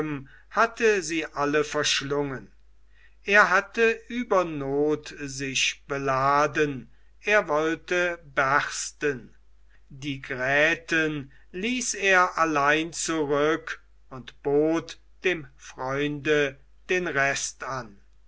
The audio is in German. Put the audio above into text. hatte sie alle verschlungen er hatte über not sich beladen er wollte bersten die gräten ließ er allein zurück und bot dem freunde den rest an